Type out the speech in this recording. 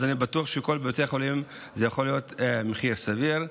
אז אני בטוח שבכל בתי החולים זה יכול להיות מחיר סביר.